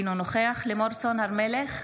אינו נוכח לימור סון הר מלך,